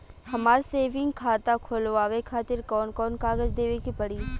हमार सेविंग खाता खोलवावे खातिर कौन कौन कागज देवे के पड़ी?